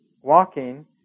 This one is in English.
walking